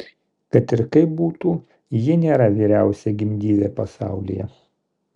kad ir kaip būtų ji nėra vyriausia gimdyvė pasaulyje